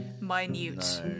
minute